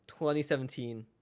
2017